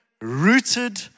rooted